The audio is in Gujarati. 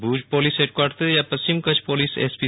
ભુજ પોલીસ હેડકવાર્ટસથી આજે પશ્ચિમ કચ્છ પોલીસ એસપી